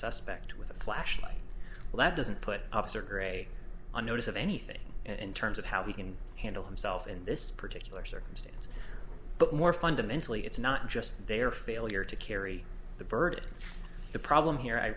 suspect with a flashlight that doesn't put officer gray on notice of anything in terms of how he can handle himself in this particular circumstance but more fundamentally it's not just their failure to carry the burden the problem here i